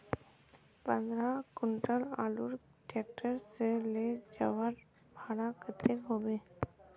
पंद्रह कुंटल आलूर ट्रैक्टर से ले जवार भाड़ा कतेक होबे?